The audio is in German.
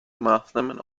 maßnahmen